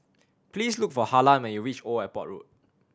please look for Harlan when you reach Old Airport Road